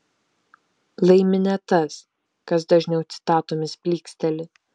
laimi ne tas kas dažniau citatomis plyksteli